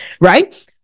right